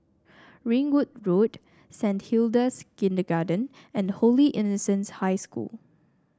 Ringwood Road Saint Hilda's Kindergarten and Holy Innocents' High School